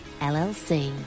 LLC